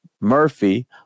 Murphy